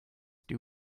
dew